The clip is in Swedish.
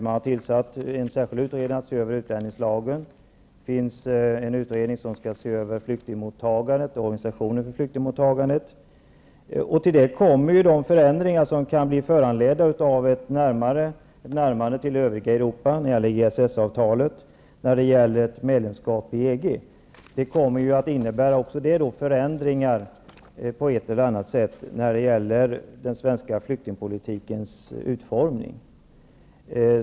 Man har tillsatt en särskild utredare för att se över utlänningslagen. En utredning skall se över flyktingmottagandet och organisationen för flyktingmottagandet. Härtill kommer de förändringar som kan föranledas av ett närmande till det övriga Europa när det gäller EES avtalet och ett medlemskap i EG. Även det här kommer att innebära förändringar på ett eller annat sätt med avseende på den svenska flyktingpolitikens utformning.